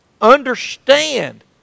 understand